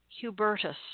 Hubertus